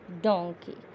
donkey